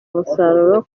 umusaruro